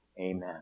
Amen